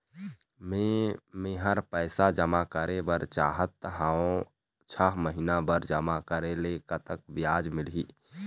मे मेहर पैसा जमा करें बर चाहत हाव, छह महिना बर जमा करे ले कतक ब्याज मिलही?